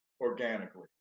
organically